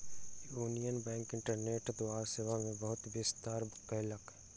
union bank internet द्वारा सेवा मे बहुत विस्तार कयलक